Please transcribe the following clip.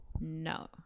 No